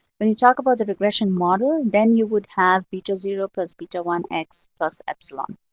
when you talk about the regression model, then you would have beta zero plus beta one x plus epsilon.